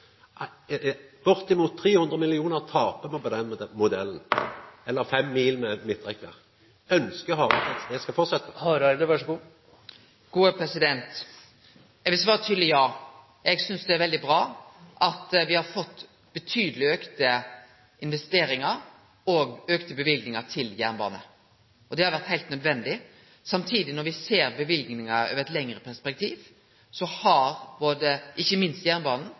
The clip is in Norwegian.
300 mill. kr taper me på den modellen – eller 5 mil med midtrekkverk. Ønskjer Hareide at det skal fortsetja? Eg vil svare eit tydeleg ja. Eg synest det er veldig bra at me har fått betydeleg auka investeringar og auka løyvingar til jernbane. Det har vore heilt nødvendig. Samtidig: Når me ser løyvingane i eit lengre perspektiv, så har ikkje minst jernbanen